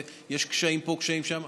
ויש קשיים פה וקשיים שם.